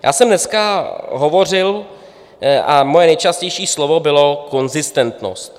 Já jsem dneska hovořil a moje nejčastější slovo bylo konzistentnost.